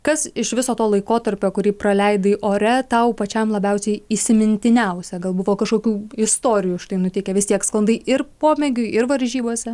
kas iš viso to laikotarpio kurį praleidai ore tau pačiam labiausiai įsimintiniausia gal buvo kažkokių istorijų štai nutikę vis tiek sklandai ir pomėgiui ir varžybose